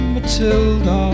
Matilda